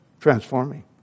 Transforming